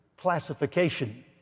classification